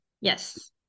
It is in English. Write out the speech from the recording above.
yes